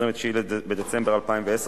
29 בדצמבר 2010,